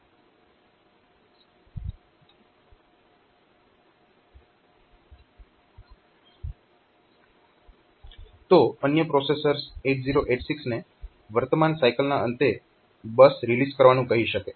તો અન્ય પ્રોસેસર્સ 8086 ને વર્તમાન સાયકલના અંતે બસ રિલીઝ કરવાનું કહી શકે